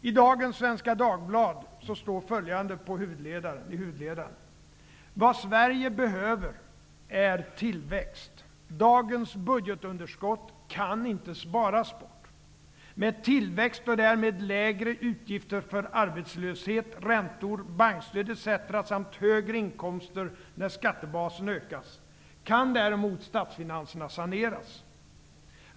I dagens Svenska Dagbladet står följande i huvudledaren: ''Vad Sverige behöver är tillväxt. Dagens budgetunderskott kan inte sparas bort. Med tillväxt och därmed lägre utgifter för arbetslöshet, räntor, bankstöd etc. samt högre inkomster när skattebasen ökas, kan däremot statsfinanserna saneras.